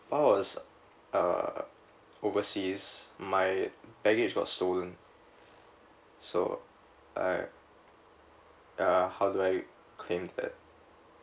oh I was uh overseas my baggage was so stolen so I ya how do I claim that